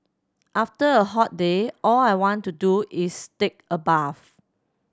after a hot day all I want to do is take a bath